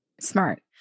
smart